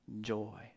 joy